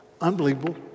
unbelievable